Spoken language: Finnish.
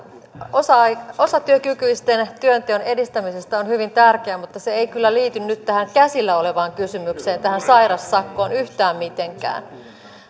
osatyökykyisten työnteon edistämisestä on hyvin tärkeä mutta se ei kyllä liity tähän käsillä olevaan kysymykseen tähän sairassakkoon yhtään mitenkään